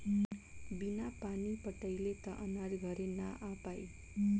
बिना पानी पटाइले त अनाज घरे ना आ पाई